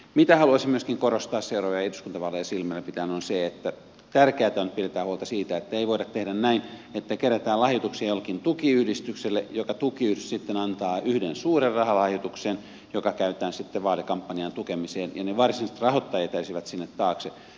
mitä haluaisin myöskin korostaa seuraavia eduskuntavaaleja silmällä pitäen on se että tärkeätä on että pidetään huolta siitä että ei voida tehdä näin että kerätään lahjoituksia jollekin tukiyhdistykselle joka tukiyhdistys sitten antaa yhden suuren rahalahjoituksen joka käytetään sitten vaalikampanjan tukemiseen ja ne varsinaiset rahoittajat jäisivät sinne taakse